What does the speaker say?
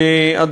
תודה,